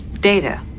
Data